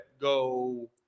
go